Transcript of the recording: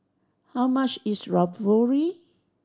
how much is Ravioli